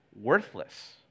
worthless